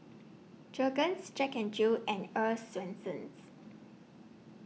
Jergens Jack N Jill and Earl's Swensens